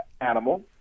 animal